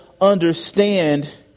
understand